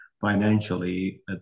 financially